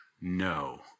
No